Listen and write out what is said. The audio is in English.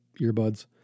earbuds